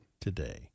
today